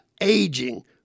aging